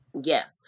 Yes